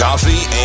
Coffee